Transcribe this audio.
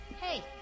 Hey